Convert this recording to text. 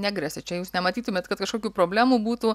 negresia čia jūs nematytumėt kad kažkokių problemų būtų